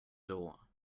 door